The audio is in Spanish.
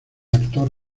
actor